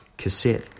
cassette